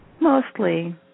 Mostly